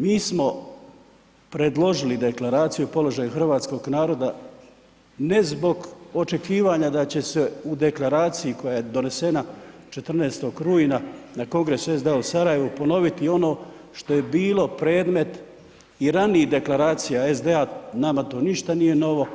Mi smo predložili deklaraciju i položaj hrvatskog naroda ne zbog očekivanja da će se u deklaraciji koja je donesena 14. rujna na Kongresu SDA u Sarajevu ponoviti ono što je bilo predmet i ranijih deklaracija SDA, nama to ništa nije novo